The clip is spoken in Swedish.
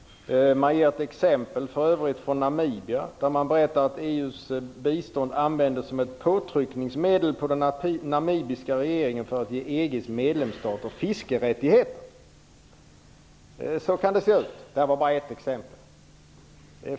Man berättar t.ex. att EU:s bistånd till Namibia används som ett påtryckningsmedel för att förmå den namibiska regeringen att ge EU:s medlemsstater fiskerättigheter. Så kan det se ut! Detta var bara ett exempel.